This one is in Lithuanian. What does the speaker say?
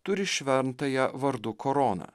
turi šventąją vardu korona